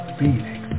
Phoenix